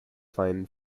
plan